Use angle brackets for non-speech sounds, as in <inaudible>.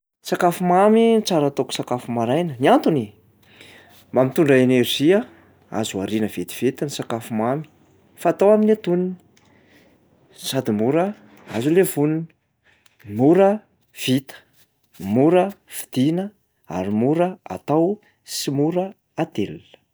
Sakafo mamy no tsara ataoko sakafo maraina. Ny antony? Mba mitondra énergie a, azo ariana vetivety ny sakafo mamy fa atao amin'ny antonony, sady mora azo levonina <noise> mora vita, mora vidiana, ary mora atao sy mora atelina.